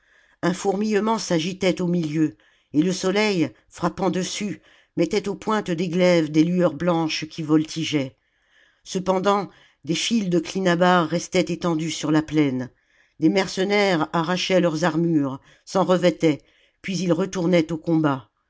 un fourmillement s'agitait au milieu et le soleil frappant dessus mettait aux pointes des glaives des lueurs blanches qui voltigeaient cependant des files de clinabares restaient étendues sur la plaine des mercenaires arrachaient leurs armures s'en revêtaient puis ils retournaient au combat